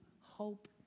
hope